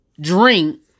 drink